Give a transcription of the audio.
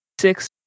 six